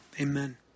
Amen